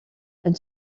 and